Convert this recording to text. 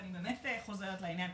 ואני באמת חוזרת לעניין,